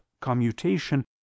commutation